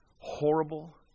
horrible